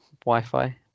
Wi-Fi